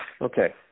Okay